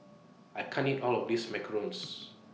I can't eat All of This Macarons